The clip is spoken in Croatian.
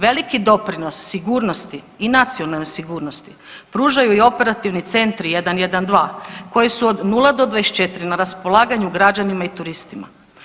Veliki doprinos sigurnosti i nacionalnoj sigurnosti pružaju i operativni centri 112 koji su od 0 do 24 na raspolaganju građanima i turistima.